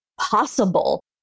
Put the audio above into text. possible